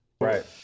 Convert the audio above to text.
Right